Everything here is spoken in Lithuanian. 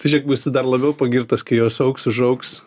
tai žiūrėk būsi dar labiau pagirtas kai jos augs užaugs